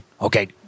okay